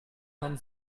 haben